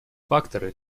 факторы